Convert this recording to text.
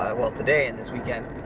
ah well, today and this weekend,